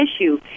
issue